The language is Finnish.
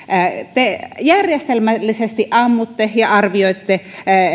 te järjestelmällisesti ammutte ja arvioitte